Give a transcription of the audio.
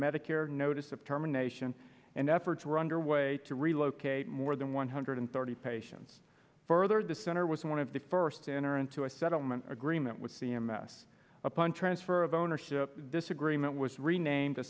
medicare notice of terminations and efforts were underway to relocate more than one hundred thirty patients further the center was one of the first to enter into a settlement agreement with c m s upon transfer of ownership this agreement was renamed